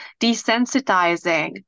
desensitizing